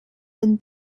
been